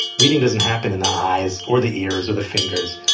reading doesn't happen in the eyes or the ears or the fingers.